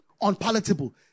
unpalatable